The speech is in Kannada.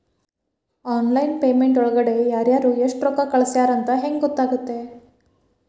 ಆನ್ಲೈನ್ ಪೇಮೆಂಟ್ ಒಳಗಡೆ ಯಾರ್ಯಾರು ಎಷ್ಟು ರೊಕ್ಕ ಕಳಿಸ್ಯಾರ ಅಂತ ಹೆಂಗ್ ಗೊತ್ತಾಗುತ್ತೆ?